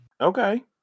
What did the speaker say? Okay